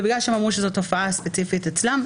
ובגלל שהם אמרו שזו תופעה ספציפית אצלם,